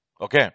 Okay